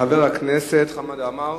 חבר הכנסת חמד עמאר?